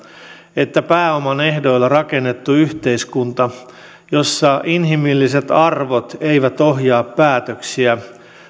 että pääoman ehdoilla rakennettu yhteiskunta jossa inhimilliset arvot eivät ohjaa päätöksiä